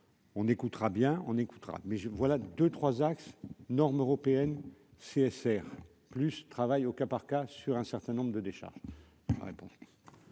On écoutera bien on écoutera mais je voilà deux 3 axes, normes européennes CSR plus travail au cas par cas, sur un certain nombre de décharges.